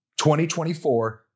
2024